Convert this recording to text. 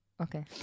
Okay